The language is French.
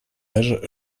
âge